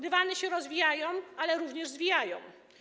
Dywany się rozwijają, ale również zwijają.